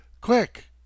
Quick